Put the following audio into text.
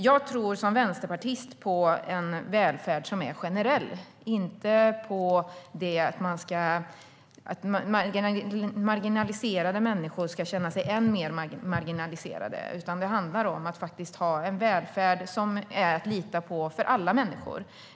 Jag tror som vänsterpartist på en välfärd som är generell. Jag tror inte på att marginaliserade människor ska känna sig ännu mer marginaliserade. Det handlar om att ha en välfärd som är att lita på för alla människor.